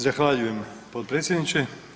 Zahvaljujem potpredsjedniče.